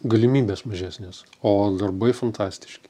galimybės mažesnės o darbai fantastiški